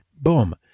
boom